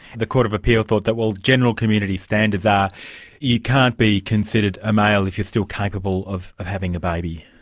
the court of appeal thought that, well, general community standard is that you can't be considered a male if you're still capable of having a baby.